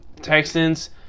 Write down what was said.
Texans